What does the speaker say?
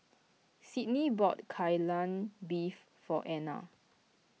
Sydney bought Kai Lan Beef for Anner